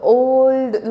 old